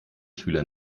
schüler